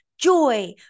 Joy